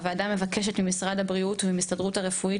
5. הוועדה מבקשת ממשרד הבריאות ומההסתדרות הרפואית,